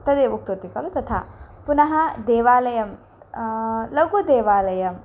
तदेव उक्तवती खलु तथा पुनः देवालयः लघुदेवालयः